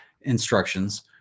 instructions